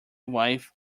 wife